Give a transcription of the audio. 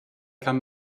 kann